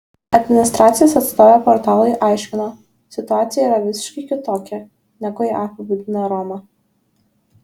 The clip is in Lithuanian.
administracijos atstovė portalui aiškino situacija yra visiškai kitokia negu ją apibūdina roma